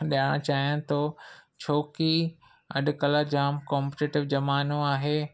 ॾियारणु चाहयां थो छोकी अॼुकल्ह जामु कोम्प्टीटर ज़मानो आहे